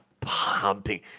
pumping